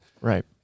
Right